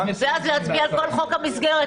ואז להצביע על כל חוק המסגרת.